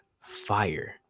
fire